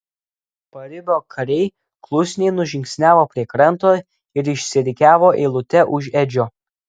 paribio kariai klusniai nužingsniavo prie kranto ir išsirikiavo eilute už edžio